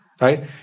Right